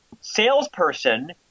salesperson